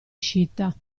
uscita